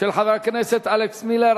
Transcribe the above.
של חבר הכנסת אלכס מילר,